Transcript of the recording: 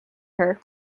her